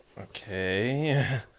Okay